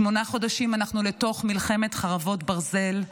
שמונה חודשים אנחנו בתוך מלחמת חרבות ברזל,